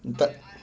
tak